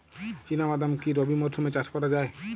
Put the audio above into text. চিনা বাদাম কি রবি মরশুমে চাষ করা যায়?